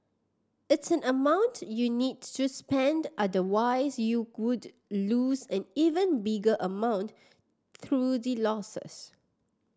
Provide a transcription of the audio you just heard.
it's an amount you need to spend otherwise you good lose an even bigger amount through the losses